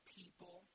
people